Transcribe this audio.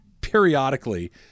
periodically